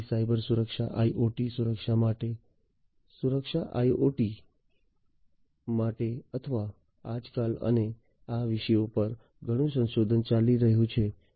તેથી સાયબરસુરક્ષા IoT સુરક્ષા માટે સુરક્ષા IIoT માટે અથવા આજકાલ અને આ વિષયો પર ઘણું સંશોધન ચાલી રહ્યું છે